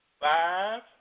five